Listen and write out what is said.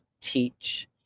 teach